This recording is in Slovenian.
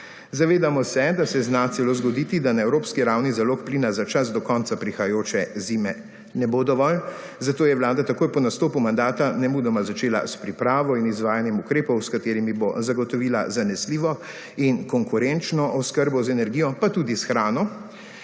Zavedamo se, da se zna celo zgoditi, da na evropski ravni za rok plina za čas do konca prihajajoče zime ne bo dovolj, zato je Vlada takoj po nastopu mandata nemudoma začela s pripravo in izvajanjem ukrepov, s katerimi bo zagotovila zanesljivo in konkurenčno oskrbo z energijo pa tudi s hrano.